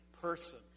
person